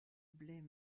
blême